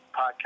podcast